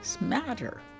matter